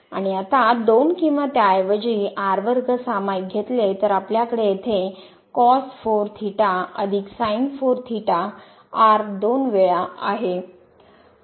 आणि आता 2 किंवा त्याऐवजी सामाईक घेतले तर आपल्याकडे येथेcos 4 theta अधिक sin 4 theta r2 वेळा आहे